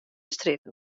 strjitte